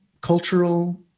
cultural